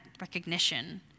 recognition